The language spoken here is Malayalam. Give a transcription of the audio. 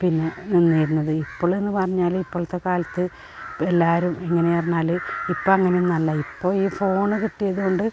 പിന്നെ നിന്നിരുന്നത് ഇപ്പോൾ എന്ന് പറഞ്ഞാല് ഇപ്പോളത്തെ കാലത്ത് ഇപ്പം എല്ലാവരും എങ്ങനെയാണ് എന്ന് പറഞ്ഞാല് ഇപ്പം അങ്ങനെ ഒന്നും അല്ല ഇപ്പോൾ ഈ ഫോണ് കിട്ടിയത് കൊണ്ട്